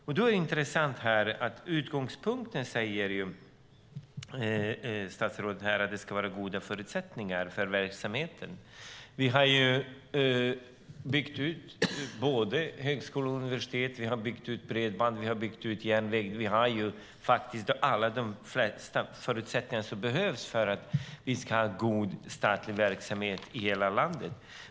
Det är intressant att statsrådet säger att utgångspunkten är att det ska finnas goda förutsättningar för verksamheten. Vi har byggt ut högskolor och universitet. Vi har byggt ut bredband och järnväg. Vi har de allra flesta förutsättningar som behövs för att vi ska ha god statlig verksamhet i hela landet.